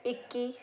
ਇੱਕੀ